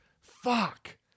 Fuck